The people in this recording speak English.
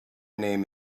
name